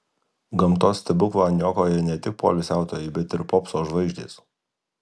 gamtos stebuklą niokoja ne tik poilsiautojai bet ir popso žvaigždės